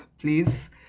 Please